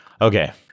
Okay